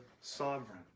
sovereign